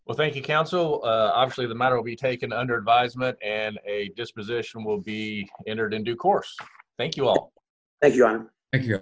well thank you counsel obviously the matter will be taken under advisement and a disposition will be entered in due course thank you all of you on your